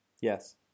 Yes